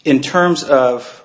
in terms of